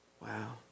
Wow